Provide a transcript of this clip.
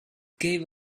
gave